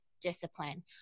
discipline